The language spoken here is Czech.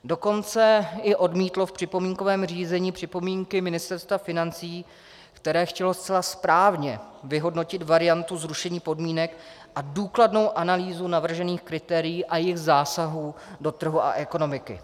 Dokonce i odmítlo v připomínkovém řízení připomínky Ministerstva financí, které chtělo zcela správně vyhodnotit variantu zrušení podmínek a důkladnou analýzu navržených kritérií a jejich zásahů do trhu a ekonomiky.